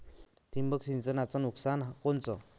ठिबक सिंचनचं नुकसान कोनचं?